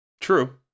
True